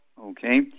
Okay